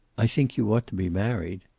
i think you ought to be married.